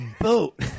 boat